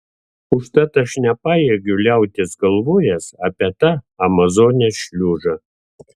užtat aš nepajėgiu liautis galvojęs apie tą amazonės šliužą